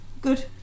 good